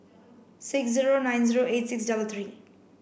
six zero nine zero eight six double three